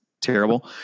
terrible